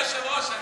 אדוני היושב-ראש,